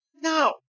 No